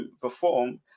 perform